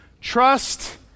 trust